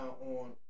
on